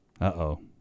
Uh-oh